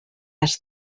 has